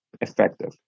effective